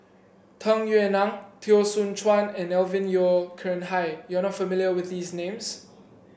Tung Yue Nang Teo Soon Chuan and Alvin Yeo Khirn Hai you are not familiar with these names